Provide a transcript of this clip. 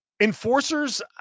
enforcers